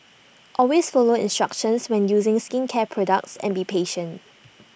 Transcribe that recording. always follow instructions when using skincare products and be patient